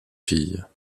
fille